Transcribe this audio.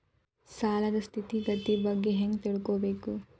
ಸಾಲದ್ ಸ್ಥಿತಿಗತಿ ಬಗ್ಗೆ ಹೆಂಗ್ ತಿಳ್ಕೊಬೇಕು?